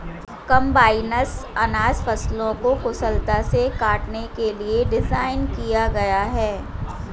combines अनाज फसलों को कुशलता से काटने के लिए डिज़ाइन किया गया है